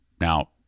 Now